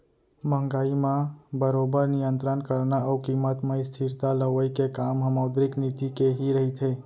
महंगाई म बरोबर नियंतरन करना अउ कीमत म स्थिरता लवई के काम ह मौद्रिक नीति के ही रहिथे